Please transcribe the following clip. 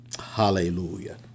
Hallelujah